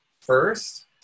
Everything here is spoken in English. first